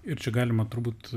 ir čia galima turbūt